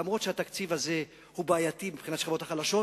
אף-על-פי שהתקציב הזה הוא בעייתי מבחינת השכבות החלשות,